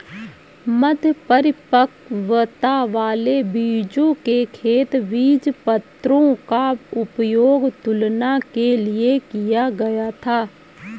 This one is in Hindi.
मध्य परिपक्वता वाले बीजों के खेत बीजपत्रों का उपयोग तुलना के लिए किया गया था